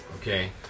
Okay